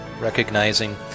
recognizing